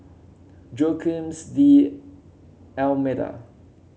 Joaquim D'Almeida